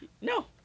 No